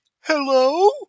hello